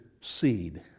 seed